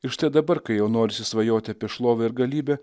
ir štai dabar kai jau norisi svajoti apie šlovę ir galybę